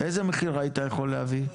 איזה מחיר היית יכול להביא?